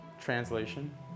translation